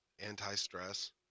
anti-stress